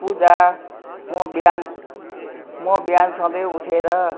पूजा म बिहान म बिहान सधैँ उठेर